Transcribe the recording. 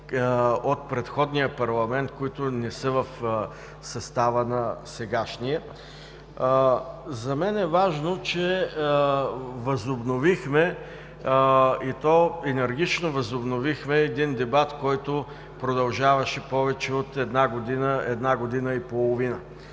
от предходния парламент, които не са в състава на сегашния. За мен е важно, че възобновихме, и то енергично, дебат, който продължаваше повече от година, година и половина.